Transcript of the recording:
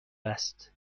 است